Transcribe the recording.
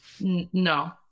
No